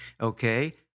Okay